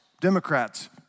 Democrats